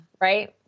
Right